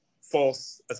false